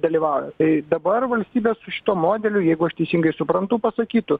dalyvauja tai dabar valstybė su šituo modeliu jeigu aš teisingai suprantu pasakytų